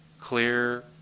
clear